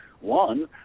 one